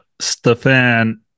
Stefan